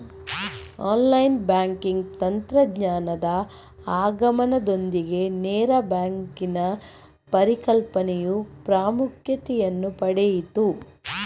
online banking ತಂತ್ರಜ್ಞಾನದ ಆಗಮನದೊಂದಿಗೆ ನೇರ ಬ್ಯಾಂಕಿನ ಪರಿಕಲ್ಪನೆಯು ಪ್ರಾಮುಖ್ಯತೆಯನ್ನು ಪಡೆಯಿತು